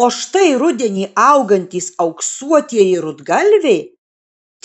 o štai rudenį augantys auksuotieji rudgalviai